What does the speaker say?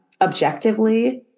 objectively